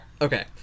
Okay